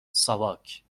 ساواک